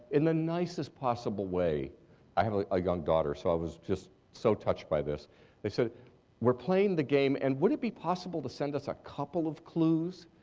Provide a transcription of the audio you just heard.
in the nicest possible way i have a young daughter so i was just so touched by this they said we're playing the game and would it be possible to send us a couple of clues?